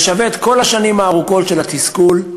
זה שווה את כל השנים הארוכות של התסכול,